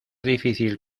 difícil